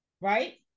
right